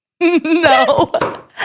No